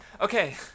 okay